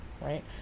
right